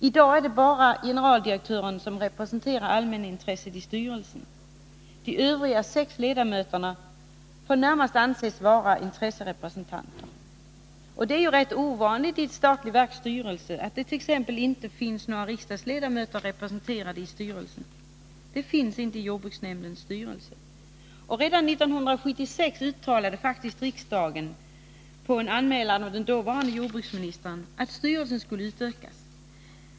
I dag är det bara generaldirektören som i styrelsen representerar allmänintresset. De övriga sex ledamöterna får närmast anses vara intresserepresentanter. Det är ju rätt ovanligt att det i ett statligt verks styrelse inte finns t.ex. några riksdagsledamöter. Det finns alltså inte några sådana i jordbruksnämndens styrelse. Redan 1976 uttalade faktiskt riksdagen på en anmälan av den dåvarande jordbruksministern att styrelsen skulle utökas.